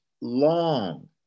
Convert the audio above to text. long